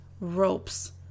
ropes